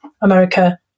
America